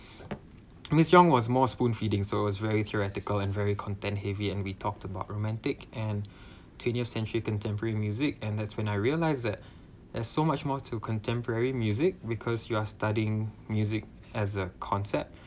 miss yong was more spoon feeding so it's very theoretical and very content heavy and we talked about romantic and twentieth century contemporary music and that's when I realised that there's so much more to contemporary music because you are studying music as a concept